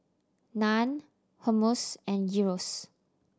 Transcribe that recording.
Naan Hummus and Gyros